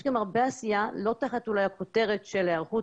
יש גם הרבה עשייה לא תחת אולי הכותרת של היערכות